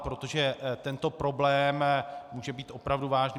Protože tento problém může být opravdu vážný.